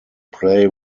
play